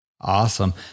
Awesome